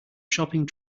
shopping